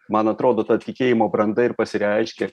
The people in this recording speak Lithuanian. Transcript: man atrodo ta tikėjimo branda ir pasireiškia